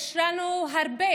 יש לנו הרבה